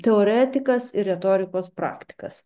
teoretikas ir retorikos praktikas